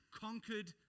conquered